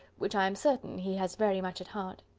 which i am certain he has very much at heart.